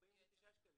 להיות 49 שקלים.